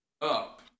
up